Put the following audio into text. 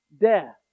death